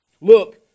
Look